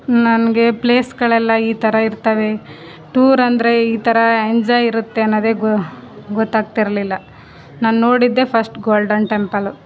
ನನಗೆ ಪ್ಲೇಸುಗಳೆಲ್ಲ ಈ ಥರ ಇರ್ತವೆ ಟೂರ್ ಅಂದರೆ ಈ ಥರ ಎಂಜಾಯ್ ಇರುತ್ತೆ ಅನ್ನೊದೇ ಗೊತ್ತಾಗ್ತಿರಲಿಲ್ಲ ನಾನು ನೋಡಿದ್ದೆ ಫಸ್ಟ್ ಗೋಲ್ಡನ್ ಟೆಂಪಲ್ಲು